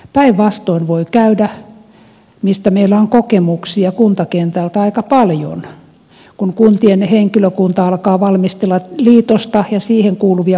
päinvastoin voi käydä mistä meillä on kokemuksia kuntakentältä aika paljon kun kuntien henkilökunta alkaa valmistella liitosta ja siihen kuuluvia organisaatiomuutoksia